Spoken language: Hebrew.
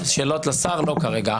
שאלות לשר לא כרגע.